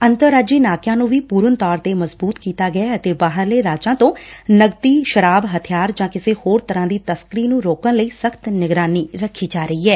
ਅੰਤਰਰਾਜੀ ਨਾਕਿਆਂ ਨੁੰ ਵੀ ਪੁਰਨ ਤੌਰ ਤੇ ਮਜਬੁਤ ਕੀਤਾ ਗਿਐ ਅਤੇ ਬਾਹਰਲੇ ਰਾਜਾਂ ਤੋ ਨਗਦੀ ਸ਼ਰਾਬ ਹਬਿਆਰ ਜਾਂ ਕਿਸੇ ਹੋਰ ਤਰੂਾਂ ਦੀ ਤਸੱਕਰੀ ਨੂੰ ਰੋਕਣ ਲਈ ਸਖਤ ਨਿਗਰਾਨੀ ਰੱਖੀ ਜਾ ਰਹੀ ਏ